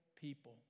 people